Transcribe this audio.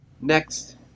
Next